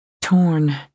Torn